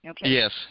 Yes